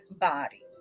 body